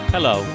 Hello